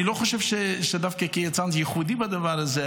אני לא חושב שדווקא קריית צאנז היא ייחודית בדבר הזה,